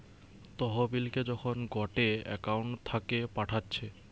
তহবিলকে যখন গটে একউন্ট থাকে পাঠাচ্ছে